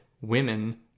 women